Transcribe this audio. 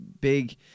big